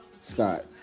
Scott